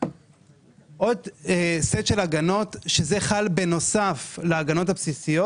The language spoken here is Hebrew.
עוד סט של הגנות שחל בנוסף להגנות הבסיסיות